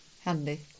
handy